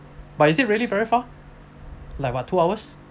but is it really very far like what two hours